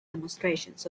demonstrations